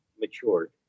matured